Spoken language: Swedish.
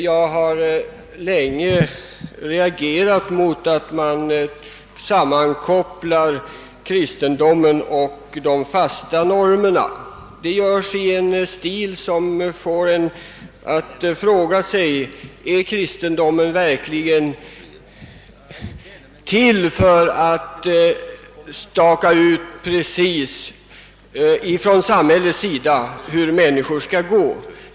Jag har länge reagerat mot att man sammankopplar kristendomen och de fasta normerna på ett sätt som gör att vi måste fråga oss: Är kristendomen verkligen till för att samhället skall staka ut precis hur mäniskan skall handla?